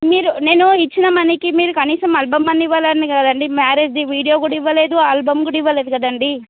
మీరు నేను ఇచ్చిన మనీకి మీరు కనీసం ఆల్బమ్ అయిన ఇవ్వాలి కదండి మ్యారేజ్ది వీడియో కూడా ఇవ్వలేదు ఆల్బమ్ కూడా ఇవ్వలేదు కదండి